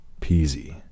peasy